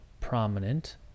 prominent